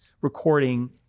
recording